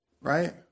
Right